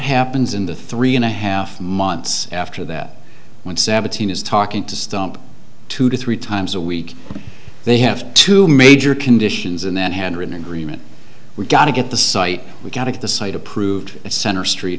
happens in the three and a half months after that when seventeen is talking to stump two to three times a week they have two major conditions and then had written agreement we've got to get the site we've got to get the site approved center street